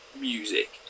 music